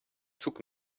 zug